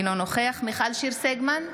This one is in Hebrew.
אינו נוכח מיכל שיר סגמן,